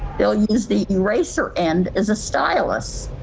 bill you is the racer and is a stylus.